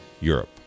Europe